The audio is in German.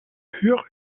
höhere